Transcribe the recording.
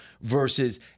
versus